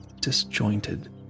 disjointed